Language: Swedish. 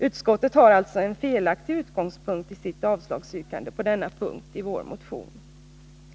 Utskottet har alltså en felaktig utgångspunkt för sitt avslagsyrkande på denna punkt i vår motion.